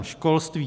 Školství.